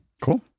cool